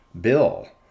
bill